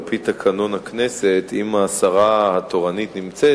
על-פי תקנון הכנסת כשהשרה התורנית נמצאת,